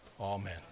amen